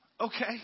Okay